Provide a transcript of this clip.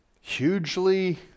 hugely